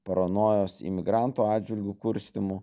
paranojos imigrantų atžvilgiu kurstymu